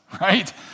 right